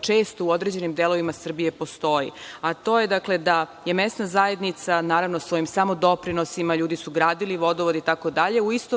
često u određenim delovima Srbije postoji, a to je da je mesna zajednica, svojim samodoprinosima, ljudi su gradili vodovode itd, u isto vreme